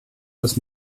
des